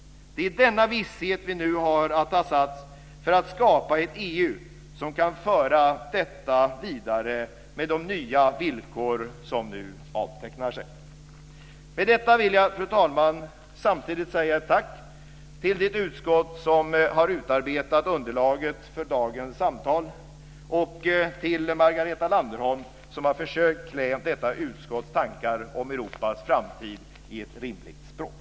Det är i denna visshet vi nu har att ta sats för att skapa ett EU som kan föra detta vidare, med de nya villkor som nu avtecknar sig. Med detta vill jag, fru talman, samtidigt säga ett tack till det utskott som har utarbetat underlaget för dagens samtal och till Margareta Landerholm, som har försökt klä detta utskotts tankar om Europas framtid i ett rimligt språk.